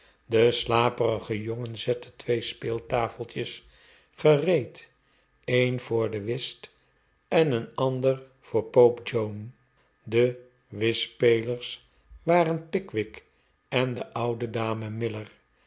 de slaperige jongen zette twee speeltafeltjes gereed een voor whist en een ander voor pope joan x de whistspelers waren pickwick en de oude dame miller